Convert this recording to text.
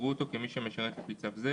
יראו אותו כמי שמשרת לפי צו זה,